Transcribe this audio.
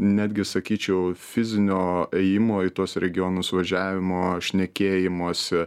netgi sakyčiau fizinio ėjimo į tuos regionus važiavimo šnekėjimosi